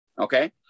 Okay